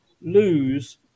lose